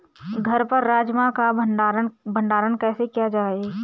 घर पर राजमा का भण्डारण कैसे किया जाय?